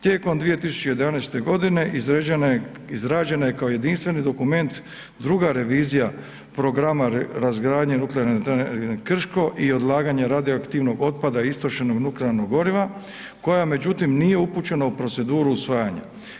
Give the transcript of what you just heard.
Tijekom 2011. g. izrađena je kao jedinstveni dokument druga revizija programa razgradnje Nuklearne elektrane Krško i odlaganje radioaktivnog otpada istrošenog nuklearnog goriva koja međutim nije upućena u proceduru usvajanja.